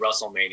WrestleMania